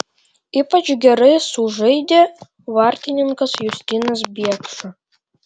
ypač gerai sužaidė vartininkas justinas biekša